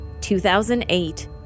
2008